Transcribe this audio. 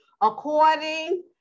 according